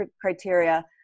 criteria